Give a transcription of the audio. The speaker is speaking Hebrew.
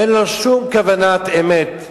אין לו שום כוונת אמת,